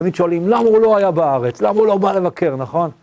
תמיד שואלים, למה הוא לא היה בארץ? למה הוא לא בא לבקר, נכון?